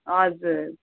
हजुर